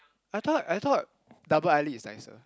I thought I thought double eyelid is nicer